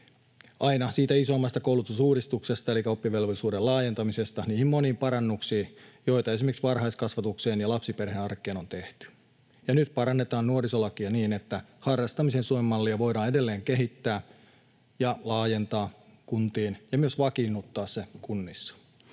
aina siitä isoimmasta koulutusuudistuksesta elikkä oppivelvollisuuden laajentamisesta niihin moniin parannuksiin, joita esimerkiksi varhaiskasvatukseen ja lapsiperhearkeen on tehty. Nyt parannetaan nuorisolakia niin, että harrastamisen Suomen mallia voidaan edelleen kehittää ja laajentaa kuntiin ja myös vakiinnuttaa se kunnissa.